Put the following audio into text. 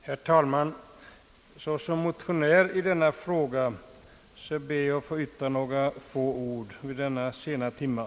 Herr talman! Såsom motionär i detta ärende ber jag att få yttra några få ord vid denna sena timme.